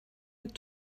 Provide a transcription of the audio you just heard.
mit